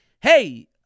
hey